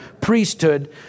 priesthood